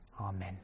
Amen